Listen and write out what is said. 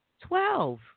Twelve